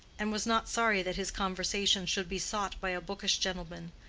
and was not sorry that his conversation should be sought by a bookish gentleman,